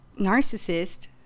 narcissist